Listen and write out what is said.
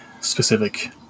specific